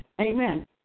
Amen